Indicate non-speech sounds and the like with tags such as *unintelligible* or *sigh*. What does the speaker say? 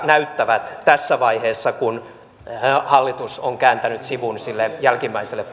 näyttävät tässä vaiheessa kun hallitus on kääntänyt sivun sille jälkimmäiselle *unintelligible*